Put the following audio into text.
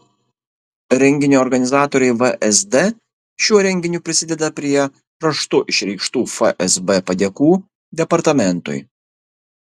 renginio organizatoriai vsd šiuo renginiu prisideda prie raštu išreikštų fsb padėkų departamentui